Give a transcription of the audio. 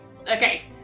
okay